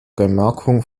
gemarkung